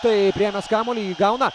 taip priėmęs kamuolį jį gauna